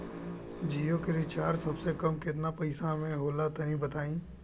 जियो के रिचार्ज सबसे कम केतना पईसा म होला तनि बताई?